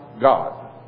God